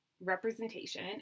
representation